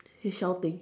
seashell thing